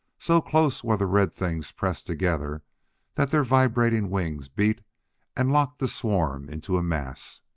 so close were the red things pressed together that their vibrating wings beat and locked the swarm into a mass.